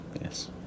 Yes